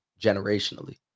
generationally